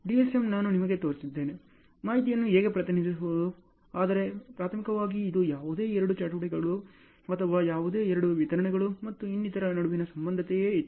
DSM ನಾನು ನಿಮಗೆ ತೋರಿಸಿದ್ದೇನೆ ಮಾಹಿತಿಯನ್ನು ಹೇಗೆ ಪ್ರತಿನಿಧಿಸುವುದು ಆದರೆ ಪ್ರಾಥಮಿಕವಾಗಿ ಇದು ಯಾವುದೇ ಎರಡು ಚಟುವಟಿಕೆಗಳು ಅಥವಾ ಯಾವುದೇ ಎರಡು ವಿತರಣೆಗಳು ಮತ್ತು ಇನ್ನಿತರ ನಡುವಿನ ಸಂಬಂಧದಂತೆಯೇ ಇತ್ತು